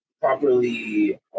properly